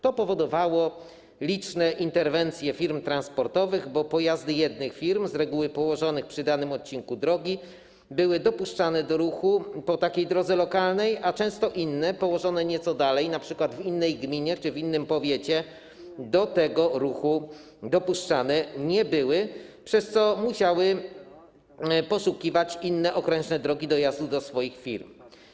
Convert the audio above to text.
To powodowało liczne interwencje firm transportowych, bo pojazdy jednych firm, z reguły położonych przy danym odcinku drogi, były dopuszczane do ruchu po takiej drodze lokalnej, a często pojazdy innych firm, położonych nieco dalej, np. w innej gminie czy w innym powiecie, do tego ruchu dopuszczane nie były, przez co musiały poszukiwać innych, okrężnych dróg dojazdu do swoich firm.